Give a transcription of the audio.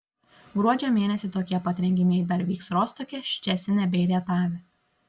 gruodžio mėnesį tokie pat renginiai dar vyks rostoke ščecine bei rietave